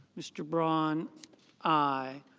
mr. braun i.